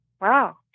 Wow